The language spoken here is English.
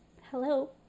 hello